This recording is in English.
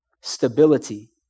stability